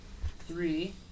Three